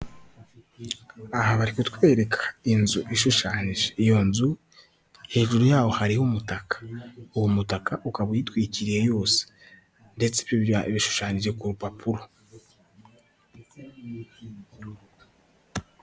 Aha bari kutwereka inzu ishushanyije, iyo nzu hejuru yayo hariho umutaka, uwo mutaka ukaba uyitwikiriye yose ndetse bishushanyije ku rupapuro.